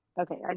Okay